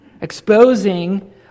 Exposing